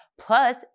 Plus